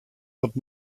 wat